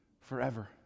forever